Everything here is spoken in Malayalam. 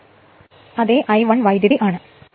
ഇതിനെ തത്തുല്യമായ ഒന്ന് എന്ന് വിളിക്കേണ്ടത് അതിനാൽ അതേ I1